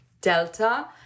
Delta